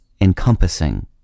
encompassing